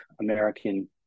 American